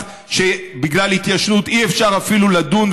שבגלל התיישנות אי-אפשר אפילו לדון,